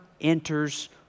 enters